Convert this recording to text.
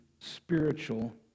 spiritual